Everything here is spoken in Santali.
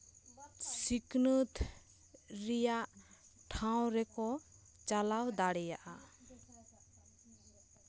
ᱥᱤᱠᱷᱱᱟᱹᱛ ᱨᱮᱭᱟᱜ ᱴᱷᱟᱶ ᱨᱮᱠᱚ ᱪᱟᱞᱟᱣ ᱫᱟᱲᱮᱭᱟᱜᱼᱟ